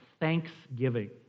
thanksgiving